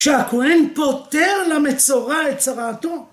שהכהן פותר למצורע את צרעתו